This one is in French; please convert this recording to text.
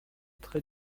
très